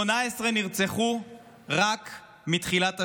18 נרצחו רק מתחילת השנה.